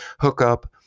hookup